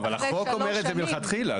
אבל החוק אומר את זה מלכתחילה.